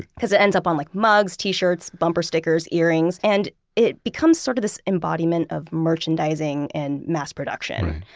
because it ends up on like mugs, t-shirts, bumper stickers, earrings, and it becomes sort of this embodiment of merchandising and mass-production.